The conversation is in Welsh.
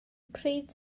pryd